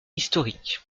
historique